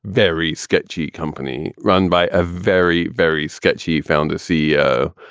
very sketchy company run by a very, very sketchy found to ceo,